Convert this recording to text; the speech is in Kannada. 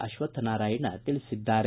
ಅಕ್ವತ್ತನಾರಾಯಣ್ ತಿಳಿಸಿದ್ದಾರೆ